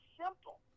simple